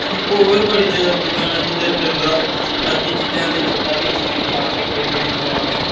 ते होर बड़ी जैदा दकानां जिद्धरा मिलदा अद्धी चीजां ते चेत्ता बी निं ऐ हां भाई केह्ड़ी केह्ड़ी दकान ऐ